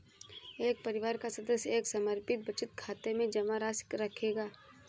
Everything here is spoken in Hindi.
एक परिवार का सदस्य एक समर्पित बचत खाते में जमा राशि रखेगा